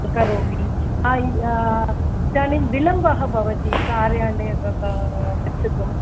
करोमि इदानीं विलम्बः भवति कार्यालयं गन्तुम्